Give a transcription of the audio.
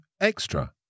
Extra